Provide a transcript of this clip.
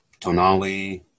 Tonali